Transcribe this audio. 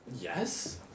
Yes